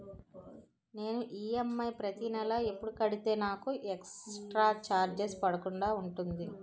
నేను ఈ.ఎమ్.ఐ ప్రతి నెల ఎపుడు కడితే నాకు ఎక్స్ స్త్ర చార్జెస్ పడకుండా ఉంటుంది?